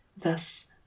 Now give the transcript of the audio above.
Thus